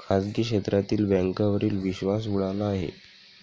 खाजगी क्षेत्रातील बँकांवरील विश्वास उडाला आहे